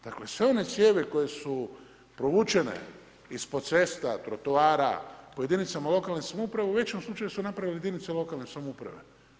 Dakle, sve one cijevi koje su provučene ispod cesta, trotoara, po jedinicama lokalne samouprave u većem slučaju su napravile jedinice lokalne samouprave.